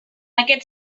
aquest